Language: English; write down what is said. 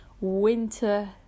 winter